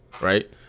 right